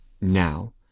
now